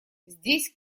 здесь